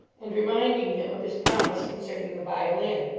and reminding him of his promise concerning the violin